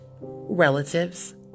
relatives